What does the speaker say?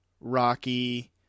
Rocky